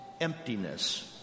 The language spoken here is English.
emptiness